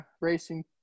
racing